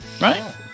right